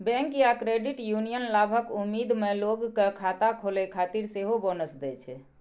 bank या credit union लाभक उम्मीद मे लोग कें खाता खोलै खातिर सेहो बोनस दै छै